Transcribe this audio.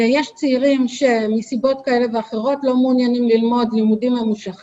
יש צעירים שמסיבות כאלו ואחרים לא מעוניינים ללמוד ממושכים.